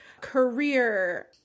career